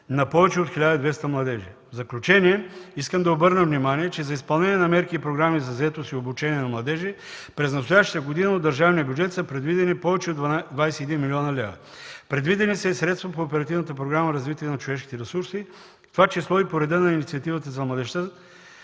на повече от 1200 младежи. В заключение, искам да обърна внимание, че за изпълнение на мерки и програми за заетост и обучение на младежи през настоящата година от държавния бюджет са предвидени повече от 21 млн. лв. Предвидени са и средства по Оперативната програма „Развитие на